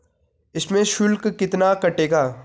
इसमें शुल्क कितना कटेगा?